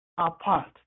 apart